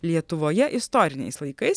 lietuvoje istoriniais laikais